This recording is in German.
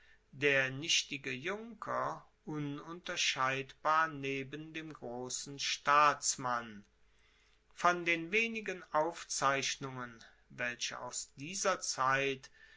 der nichtige junker ununterscheidbar neben dem grossen staatsmann von den wenigen aufzeichnungen welche aus dieser zeit